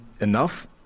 Enough